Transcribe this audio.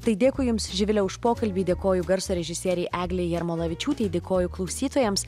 tai dėkui jums živile už pokalbį dėkoju garso režisierei eglei jarmolavičiūtei dėkoju klausytojams